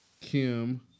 Kim